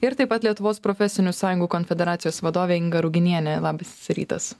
ir taip pat lietuvos profesinių sąjungų konfederacijos vadovė inga ruginienė labas rytas